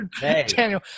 Daniel